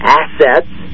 assets